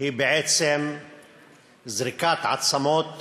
היא בעצם זריקת עצמות